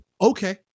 okay